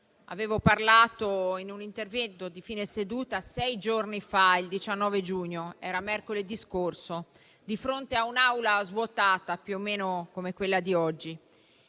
avevo parlato in un intervento di fine seduta sei giorni fa, il 19 giugno, mercoledì scorso, di fronte a un'Aula svuotata, più o meno come quella di oggi.